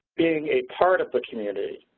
being a part of the community,